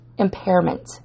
impairment